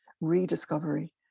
rediscovery